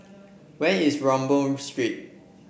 where is Rambau Street